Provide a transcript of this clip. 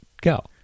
Go